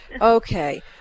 Okay